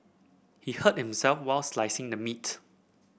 he hurt himself while slicing the meat